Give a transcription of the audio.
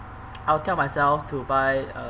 I would tell myself to buy uh